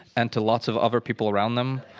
and to lots of other people around them.